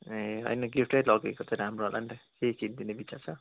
ए होइन गिफ्टै लगेको चाहिँ राम्रो होला नि त के किनिदिने विचार छ